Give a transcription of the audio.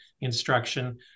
instruction